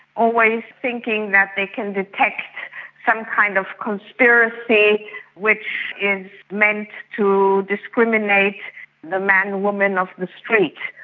always thinking that they can detect some kind of conspiracy which is meant to discriminate the man woman of the street.